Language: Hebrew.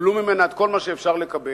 שקיבלו ממנה את כל מה שאפשר לקבל,